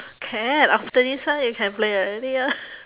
can after this one you can play already ah